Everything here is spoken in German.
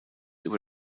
über